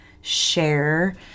share